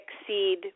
exceed